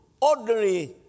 ordinary